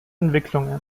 entwicklung